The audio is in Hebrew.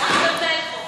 אתם במליאה,